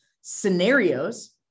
scenarios